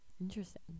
Interesting